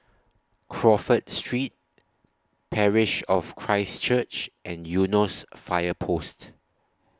Crawford Street Parish of Christ Church and Eunos Fire Post